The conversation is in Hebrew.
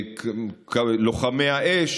לוחמי האש,